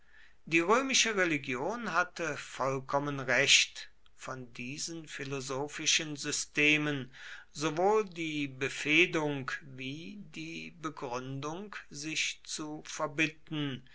die römische religion hatte vollkommen recht von diesen philosophischen systemen sowohl die befehdung wie die begründung sich zu verbitten